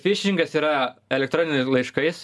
fišingas yra elektroniniais laiškais